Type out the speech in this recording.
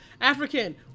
African